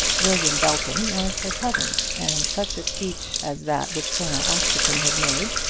william belton was her cousin, and such a speech as that which colonel askerton had made,